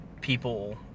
people